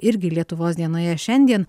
irgi lietuvos dienoje šiandien